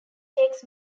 takes